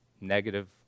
negative